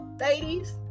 Ladies